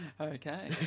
Okay